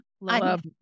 love